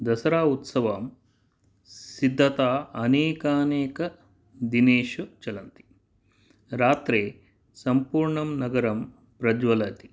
दशरा उत्सवं सिद्धता अनेकानेक दिनेषु चलन्ति रात्रे सम्पूर्णं नगरं प्रज्वलति